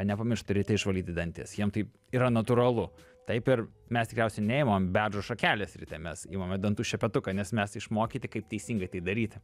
nepamiršta ryte išvalyti dantis jiem taip yra natūralu taip ir mes tikriausiai neimam beržo šakelės ryte mes imame dantų šepetuką nes mes išmokyti kaip teisingai tai daryti